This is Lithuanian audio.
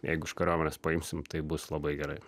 jeigu iš kariuomenės paimsim tai bus labai gerai